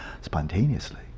spontaneously